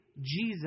Jesus